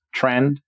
trend